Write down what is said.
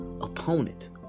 opponent